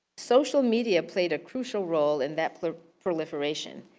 social media played a crucial role in that proliferation.